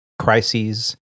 crises